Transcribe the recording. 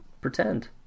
pretend